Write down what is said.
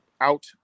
out